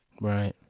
right